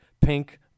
pink